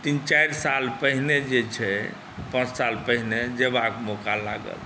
तीन चारि साल पहिने जे छै पाँच साल पहिने जेबाके मौका लागल